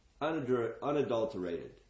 unadulterated